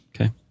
Okay